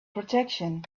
protection